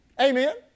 Amen